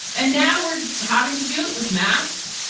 and now we're having to do it with masks.